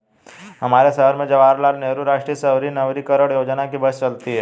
हमारे शहर में जवाहर लाल नेहरू राष्ट्रीय शहरी नवीकरण योजना की बस चलती है